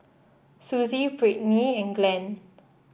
Susie Brittny and Glen